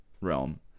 realm